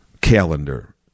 calendar